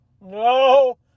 no